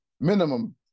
minimum